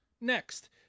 Next